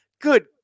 good